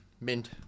mint